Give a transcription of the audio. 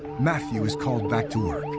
matthew is called back to work.